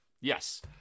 yes